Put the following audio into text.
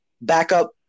backup